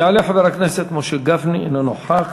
יעלה חבר הכנסת משה גפני, אינו נוכח.